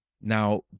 Now